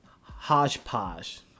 hodgepodge